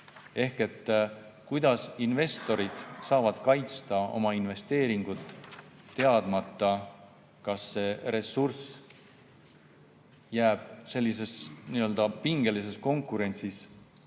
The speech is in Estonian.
ikka. Investorid ei saa kaitsta oma investeeringut, teadmata, kas see ressurss jääb sellises pingelises konkurentsis